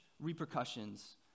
repercussions